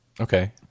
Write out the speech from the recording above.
Okay